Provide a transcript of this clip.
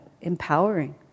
empowering